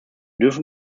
dürfen